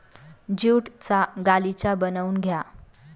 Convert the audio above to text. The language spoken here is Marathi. ज्यूटचा गालिचा बनवून घ्या